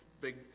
big